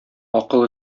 акыл